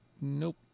Nope